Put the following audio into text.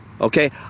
okay